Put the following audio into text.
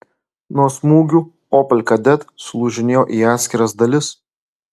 nuo smūgių opel kadett sulūžinėjo į atskiras dalis